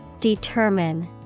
Determine